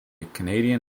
canadian